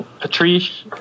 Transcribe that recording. Patrice